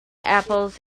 apples